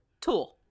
Tool